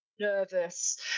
nervous